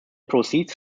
proceeds